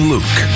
Luke